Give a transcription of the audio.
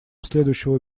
следующего